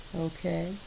okay